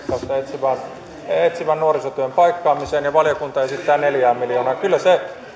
esititte leikkausta etsivän nuorisotyön paikkaamiseen ja valiokunta esittää neljä miljoonaa